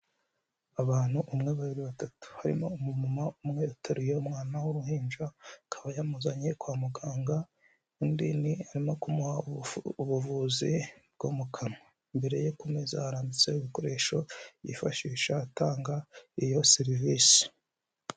Abantu umwe, babiri, batatu harimo umumama umwe uteruye umwana w'uruhinja, akaba yamuzanye kwa muganga, undi ni arimo kumuha ubuvuzi bwo mu kanwa, imbere ye ku meza harambitse ibikoresho yifashisha atanga iyo serivisi.